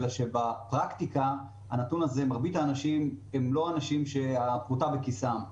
אלא שבפרקטיקה מרבית האנשים הם לא אנשים שהפרוטה בכיסם.